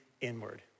inward